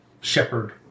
shepherd